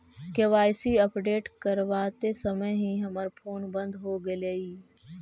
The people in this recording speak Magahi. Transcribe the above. के.वाई.सी अपडेट करवाते समय ही हमर फोन बंद हो गेलई